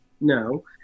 no